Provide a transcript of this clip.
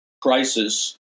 crisis